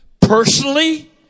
personally